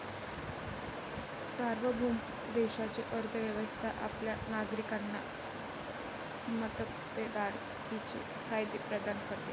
सार्वभौम देशाची अर्थ व्यवस्था आपल्या नागरिकांना मक्तेदारीचे फायदे प्रदान करते